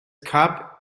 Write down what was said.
cup